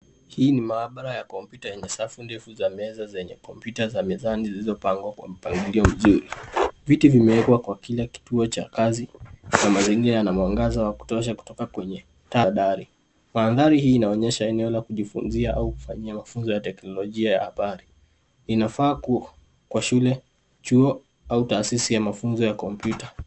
Hii ni mahabara ya kompyuta yenye safu ndefu za meza zenye kompyuta za mezani zilizopangwa kwa mpangilio mzuri. Viti vimewekwa kwa kila kituo cha kazi na mazingira na mwangaza wa kutosha kutoka kwenye taa dari. Mandhari hii inaonyesha eneo la kujifunza au kufanyia mafunzo ya teknolojia ya habari. Inafaa kuwa shule, chuo au taasisi ya mafunzo ya kompyuta.